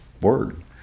word